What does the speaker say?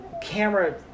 camera